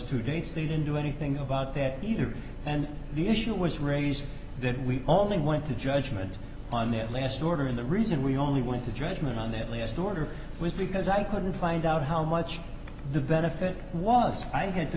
two dates they didn't do anything about that either and the issue was raised that we only want to judgment on that last order and the reason we only want to judgment on that last order was because i couldn't find out how much the benefit was i had to